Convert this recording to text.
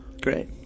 Great